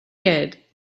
naked